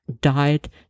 died